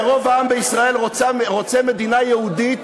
ורוב העם בישראל רוצה מדינה יהודית